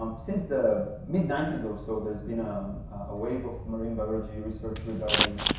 um since the mid ninety s or so, there's been um a wave of marine biology research regarding